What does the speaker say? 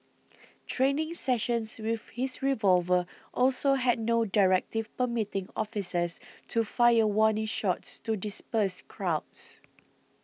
training sessions with his revolver also had no directive permitting officers to fire warning shots to disperse crowds